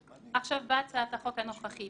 עכשיו באה הצעת החוק הנוכחית